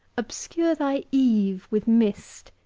obscure thy eve with mist,